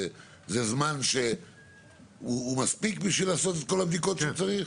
זה זמן שהוא מספיק בשביל לעשות את כל הבדיקות שצריך?